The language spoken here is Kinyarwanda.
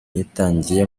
yitangiye